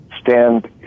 stand